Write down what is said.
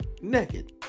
naked